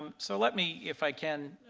um so let me, if i can,